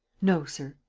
no, sir.